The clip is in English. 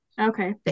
Okay